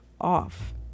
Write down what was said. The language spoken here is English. off